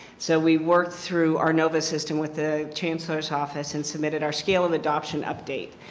so we worked through our nova system with the chancellor's office and submitted our scale of adoption outdate.